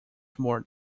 more